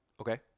Okay